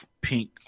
pink